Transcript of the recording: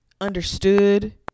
understood